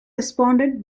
responded